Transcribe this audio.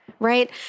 right